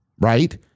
right